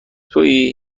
توئی